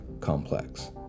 complex